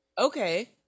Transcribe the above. Okay